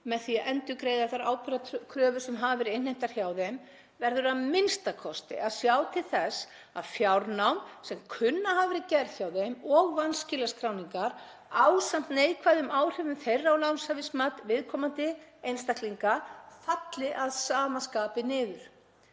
með því að endurgreiða þær ákveðnu kröfur sem hafa verið innheimtar hjá þeim verður a.m.k. að sjá til þess að fjárnám sem kunna að hafa verið gerð hjá þeim og vanskilaskráningar ásamt neikvæðum áhrifum þeirra á lánshæfismat viðkomandi einstaklinga falli að sama skapi niður.